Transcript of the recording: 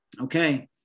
okay